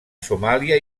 somàlia